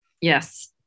yes